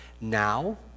now